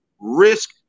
risk